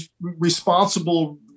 responsible